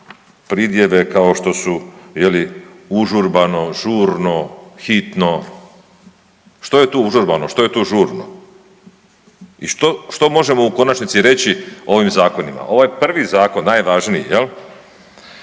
pridjeve kao što su je li užurbano, žurno, hitno. Što je tu užurbano? Što je tu žurno? I što možemo u konačnici reći ovim zakonima? Ovaj prvi zakon najvažniji jel